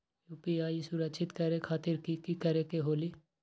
UPI सुरक्षित करे खातिर कि करे के होलि?